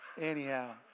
Anyhow